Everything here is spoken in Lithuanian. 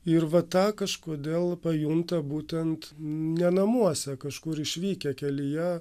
ir va tą kažkodėl pajunta būtent ne namuose kažkur išvykę kelyje